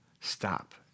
Stop